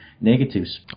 negatives